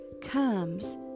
comes